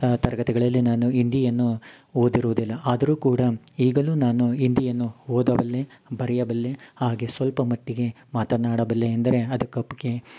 ತರಗತಿಗಳಲ್ಲಿ ನಾನು ಹಿಂದಿಯನ್ನು ಓದಿರುವುದಿಲ್ಲ ಆದರು ಕೂಡ ಈಗಲು ನಾನು ಹಿಂದಿಯನ್ನು ಓದಬಲ್ಲೆ ಬರಿಯಬಲ್ಲೆ ಹಾಗೆ ಸ್ವಲ್ಪ ಮಟ್ಟಿಗೆ ಮಾತನಾಡಬಲ್ಲೆ ಎಂದರೆ ಅದಕ್ಕೆ